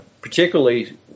particularly